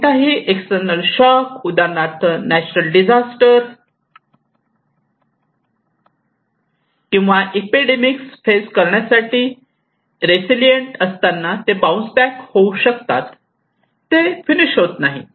कोणताही external shock उदाहरणार्थ natural disaster किंवा एपिडेमिकस फेस करण्यासाठी रेसिलियन्ट असताना ते बाउन्स बॅक होऊ शकतात ते फिनिश होत नाहीत